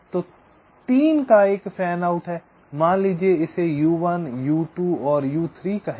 तो 3 का एक फैन आउट है मान लीजिए कि इसे u1 u2 और u 3 कहें